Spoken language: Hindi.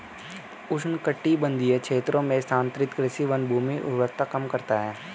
उष्णकटिबंधीय क्षेत्रों में स्थानांतरित कृषि वनभूमि उर्वरता कम करता है